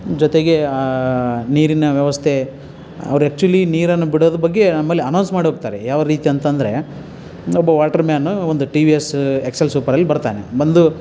ಜೊತೆಗೆ ಆ ನೀರಿನ ವ್ಯವಸ್ಥೆ ಅವ್ರು ಆ್ಯಕ್ಚುಲಿ ನೀರನ್ನು ಬಿಡೋದ್ರ ಬಗ್ಗೆ ಆಮೇಲೆ ಅನೌಸ್ ಮಾಡಿ ಹೋಗ್ತಾರೆ ಯಾವ ರೀತಿ ಅಂತಂದರೆ ಒಬ್ಬ ವಾಟ್ರುಮ್ಯಾನು ಒಂದು T V S X L ಸೂಪರಲ್ಲಿ ಬರ್ತಾನೆ ಬಂದು